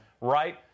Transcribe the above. right